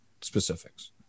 specifics